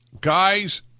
guys